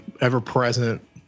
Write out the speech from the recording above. ever-present